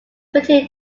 written